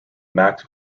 max